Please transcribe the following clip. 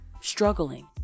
struggling